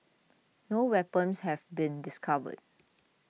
no weapons have been discovered